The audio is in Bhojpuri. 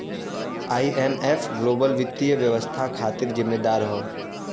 आई.एम.एफ ग्लोबल वित्तीय व्यवस्था खातिर जिम्मेदार हौ